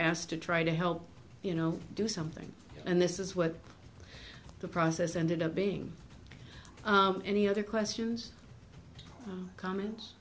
asked to try to help you know do something and this is what the process ended up being any other questions comments